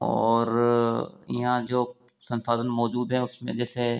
और यहाँ जो संसाधन मौजूद हैं उसमें जैसे